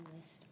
list